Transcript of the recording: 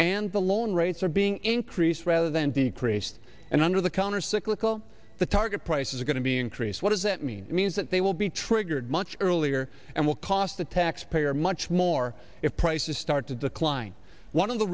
and the loan rates are being increased rather than decreased and under the countercyclical the target prices are going to be increased what does that mean it means that they will be triggered much earlier and will cost the taxpayer much more if prices start to decline one of the